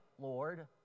Lord